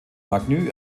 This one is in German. magnus